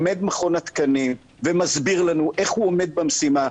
עומד מכון התקנים ומסביר לנו איך הוא עומד במשימה.